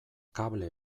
kable